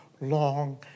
long